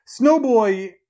Snowboy